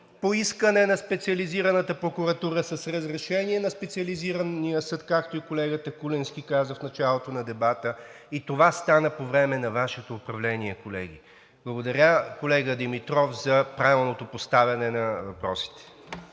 по искане на Специализираната прокуратура с разрешение на Специализирания съд, както и колегата Куленски каза в началото на дебата, и това стана по време на Вашето управление, колеги. Благодаря, колега Димитров, за правилното поставяне на въпросите.